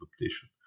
adaptation